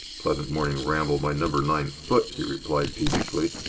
pleasant morning ramble my number nine foot! he replied, peevishly.